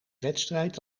wedstrijd